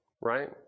right